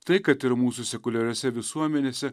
tai kad ir mūsų sekuliariose visuomenėse